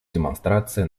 демонстрация